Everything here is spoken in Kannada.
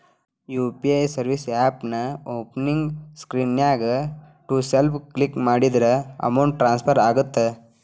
ಯು.ಪಿ.ಐ ಸರ್ವಿಸ್ ಆಪ್ನ್ಯಾಓಪನಿಂಗ್ ಸ್ಕ್ರೇನ್ನ್ಯಾಗ ಟು ಸೆಲ್ಫ್ ಕ್ಲಿಕ್ ಮಾಡಿದ್ರ ಅಮೌಂಟ್ ಟ್ರಾನ್ಸ್ಫರ್ ಆಗತ್ತ